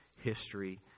history